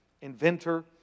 inventor